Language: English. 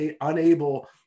unable